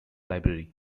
library